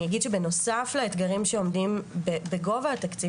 אני אגיד שבנוסף לאתגרים שעומדים בגובה התקציב